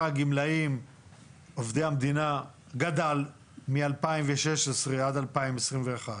הגמלאים עובדי המדינה גדל מאז שנת 2016 ועד לשנת 2021,